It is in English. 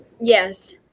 Yes